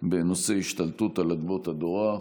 בנושא: השתלטות על אדמות אדורה.